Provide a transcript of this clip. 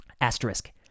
asterisk